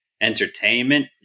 entertainment